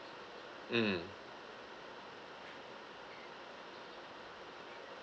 mm